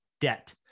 debt